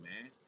man